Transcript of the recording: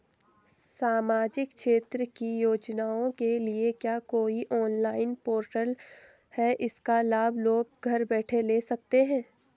सामाजिक क्षेत्र की योजनाओं के लिए क्या कोई ऑनलाइन पोर्टल है इसका लाभ लोग घर बैठे ले सकते हैं?